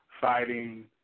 fighting